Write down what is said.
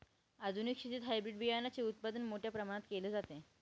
आधुनिक शेतीत हायब्रिड बियाणाचे उत्पादन मोठ्या प्रमाणात केले जाते